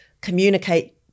communicate